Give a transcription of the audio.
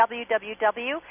www